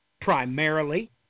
primarily